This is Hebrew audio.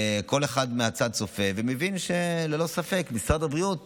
וכל אחד מהצד צופה ומבין שללא ספק משרד הבריאות